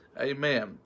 Amen